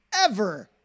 ever-